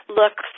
look